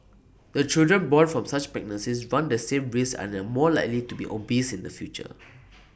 the children born from such pregnancies run the same risk and are more likely to be obese in the future